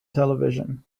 television